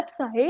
website